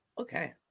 Okay